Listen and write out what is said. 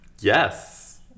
Yes